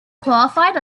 qualified